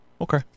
Okay